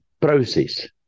process